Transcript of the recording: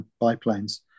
biplanes